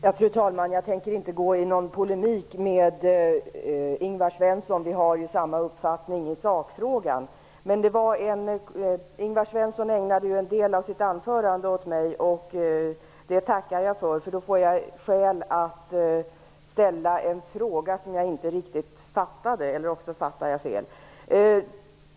Fru talman! Jag tänker inte gå in i någon polemik med Ingvar Svensson. Vi har ju samma uppfattning i sakfrågan. Men Ingvar Svensson ägnade en del av sitt anförande åt mig, och det tackar jag för. Jag får då möjlighet att ställa en fråga om något som jag inte riktigt fattade eller uppfattade fel.